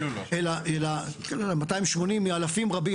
280 מאלפים רבים,